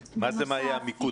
מה זה מה היה המיקוד?